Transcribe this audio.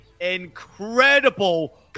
incredible